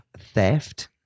Theft